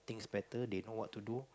it's better they know what to do